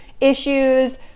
issues